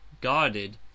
guarded